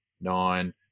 nine